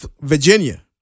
Virginia